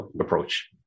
approach